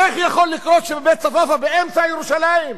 איך יכול לקרות שבבית-צפאפא, באמצע ירושלים,